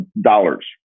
dollars